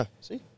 See